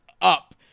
up